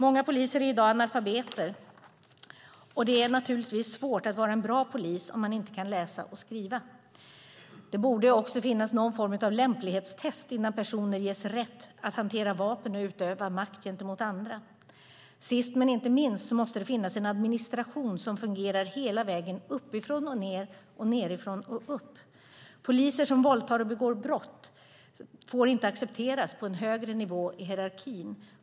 Många poliser är i dag analfabeter, och det är naturligtvis svårt att vara en bra polis om man inte kan läsa och skriva. Det borde finnas någon form av lämplighetstest innan personer ges rätt att hantera vapen och utöva makt gentemot andra. Sist men inte minst måste det finnas en administration som fungerar hela vägen uppifrån och ned och nedifrån och upp. Poliser som våldtar och begår brott får inte accepteras på en högre nivå i hierarkin.